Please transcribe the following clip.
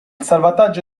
salvataggio